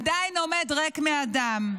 עדיין עומד ריק מאדם.